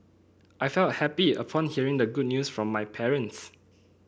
I felt happy upon hearing the good news from my parents